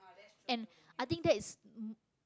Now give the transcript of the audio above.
and I think that is hm